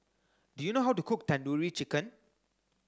do you know how to cook Tandoori Chicken